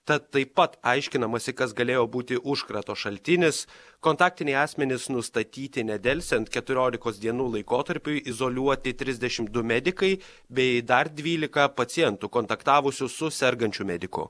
tad taip pat aiškinamasi kas galėjo būti užkrato šaltinis kontaktiniai asmenys nustatyti nedelsiant keturiolikos dienų laikotarpiui izoliuoti trisdešimt du medikai bei dar dvylika pacientų kontaktavusių su sergančiu mediku